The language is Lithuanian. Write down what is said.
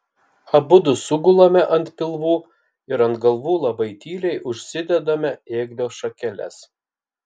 abudu sugulame ant pilvų ir ant galvų labai tyliai užsidedame ėglio šakeles